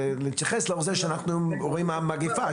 להתייחס לנושא כי אנחנו רואים מגיפה,